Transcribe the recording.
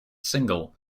single